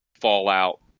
Fallout